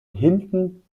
hinten